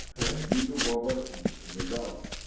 and we took over the guard.